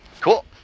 Cool